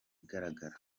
igaragara